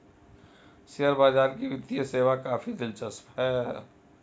share बाजार की वित्तीय सेवा काफी दिलचस्प है